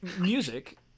music